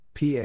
PA